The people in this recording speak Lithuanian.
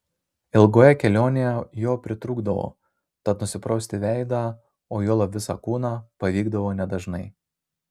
ilgoje kelionėje jo pritrūkdavo tad nusiprausti veidą o juolab visą kūną pavykdavo nedažnai